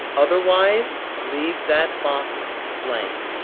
otherwise, leave that box blank.